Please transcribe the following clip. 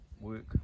work